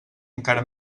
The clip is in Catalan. encara